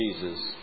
Jesus